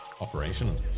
operation